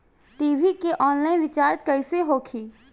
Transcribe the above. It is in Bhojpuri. टी.वी के आनलाइन रिचार्ज कैसे होखी?